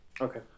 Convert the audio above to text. Okay